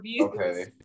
Okay